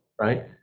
right